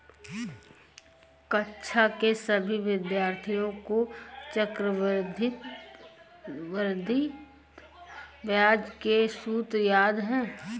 कक्षा के सभी विद्यार्थियों को चक्रवृद्धि ब्याज के सूत्र याद हैं